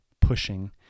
pushing